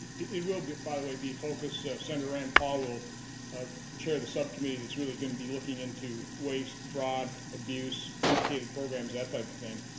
it will be, by the way, be a focus. senator rand paul will ah chair the subcommittee that's really going to be looking into waste, fraud, abuse, duplicated programs, that type of thing.